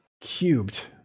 cubed